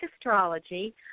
astrology